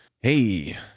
hey